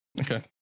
Okay